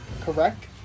correct